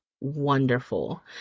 wonderful